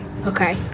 Okay